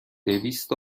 دویست